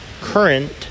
current